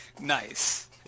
Nice